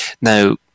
Now